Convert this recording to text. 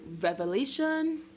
revelation